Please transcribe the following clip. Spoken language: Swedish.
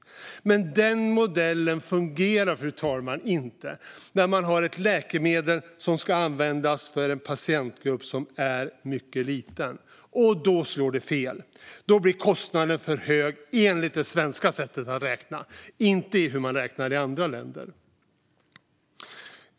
Men den modellen fungerar inte, fru talman, med ett läkemedel som ska användas för en patientgrupp som är mycket liten. Då slår det fel. Då blir kostnaden för hög enligt det svenska sättet att räkna, men inte enligt hur man räknar i andra länder.